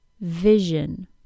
Vision